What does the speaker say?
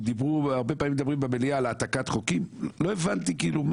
הרבה פעמים מדברים במליאה על העתקת חוקים לא הבנתי מה